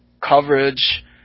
coverage